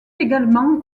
également